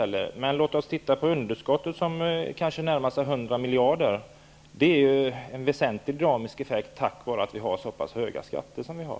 Låt oss titta på underskottet, som nu kanske närmar sig 100 miljarder. Det är en väsentlig dynamisk effekt, på grund av att vi har så pass höga skatter som vi har.